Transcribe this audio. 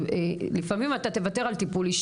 לפעמים אתה תוותר על טיפול,